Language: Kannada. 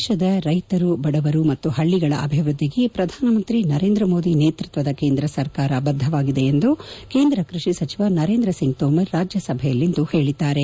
ದೇಶದ ರೈತರು ಬಡವರು ಮತ್ತು ಹಳ್ಳಿಗಳ ಅಭಿವೃದ್ಧಿಗೆ ಪ್ರಧಾನಮಂತ್ರಿ ನರೇಂದ್ರ ಮೋದಿ ನೇತೃತ್ವದ ಕೇಂದ್ರ ಸರ್ಕಾರ ಬದ್ದವಾಗಿದೆ ಎಂದು ಕೇಂದ್ರ ಕೃಷಿ ಸಚಿವ ನರೇಂದ್ರ ಸಿಂಗ್ ತೋಮರ್ ರಾಜ್ಲಸಭೆಯಲ್ಲಿಂದು ಹೇಳದ್ದಾರೆ